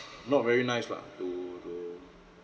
not very nice lah to to